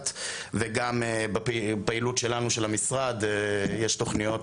וגם בפעילות שלנו של המשרד יש תוכניות,